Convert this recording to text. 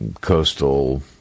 coastal